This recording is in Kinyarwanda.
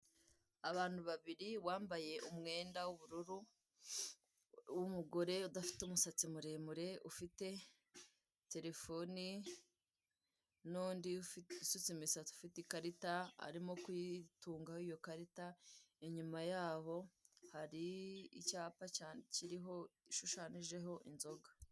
Abantu babiri, uwambaye umwenda w'ubururu, w'umugore udafite umusatsi muremure, ufite telefone, n'undi usutse imisatsi ufite ikarita, arimo kuyitungaho iyo karita, inyuma yabo hari icyapa kiriho, gishushanijeho inzoga.